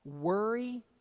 worry